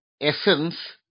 essence